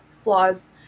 flaws